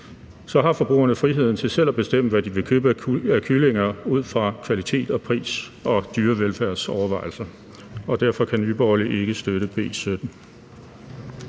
så har forbrugerne friheden til selv at bestemme, hvad de vil købe af kyllinger ud fra kvalitet og pris og dyrevelfærdsovervejelser. Derfor kan Nye Borgerlige ikke støtte B 17.